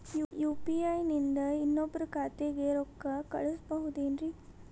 UPI ನಿಂದ ಇನ್ನೊಬ್ರ ಖಾತೆಗೆ ರೊಕ್ಕ ಕಳ್ಸಬಹುದೇನ್ರಿ?